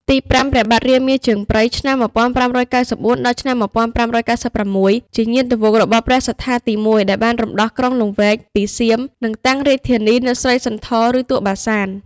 ទីប្រាំ ព្រះបាទរាមាជើងព្រៃ (ឆ្នាំ ១៥៩៤-១៥៩៦) ជាញាតិវង្សរបស់ព្រះសត្ថាទី១ ដែលបានរំដោះក្រុងលង្វែកពីសៀម និងតាំងរាជធានីនៅស្រីសន្ធរ ឬ ទួលបាសាន។